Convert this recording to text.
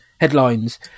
Headlines